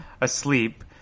asleep